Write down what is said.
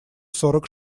сорок